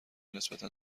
نسبتا